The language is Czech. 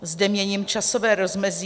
Zde měním časové rozmezí.